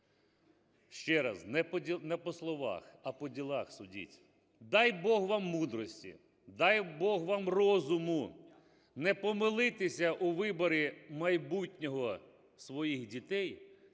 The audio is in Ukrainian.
Ще раз: не по словах, а по ділах судіть. Дай Бог вам мудрості, дай Бог вам розуму, не помилитися у виборі майбутнього своїх дітей,